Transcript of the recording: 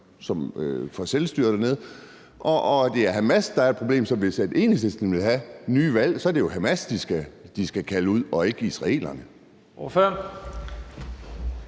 for selvstyret dernede, og at det er Hamas, der er et problem, så hvis Enhedslisten vil have nye valg, er det jo Hamas, de skal kalde ud, og ikke israelerne?